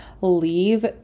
leave